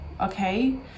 Okay